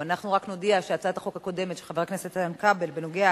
אנחנו רק נודיע שהצעת החוק של חבר הכנסת איתן כבל בנושא